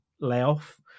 layoff